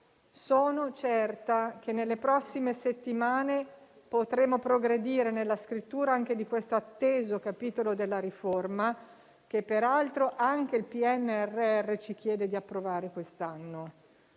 Sono certa che nelle prossime settimane potremo progredire nella scrittura anche di questo atteso capitolo della riforma, che peraltro anche il PNRR ci chiede di approvare quest'anno.